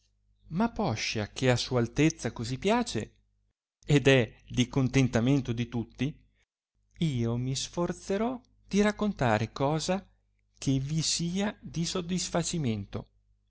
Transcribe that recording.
ma poscia che a sua altezza così piace ed è di contentamento di tutti io mi sforzerò di raccontare cosa che vi sia di sodisfacimento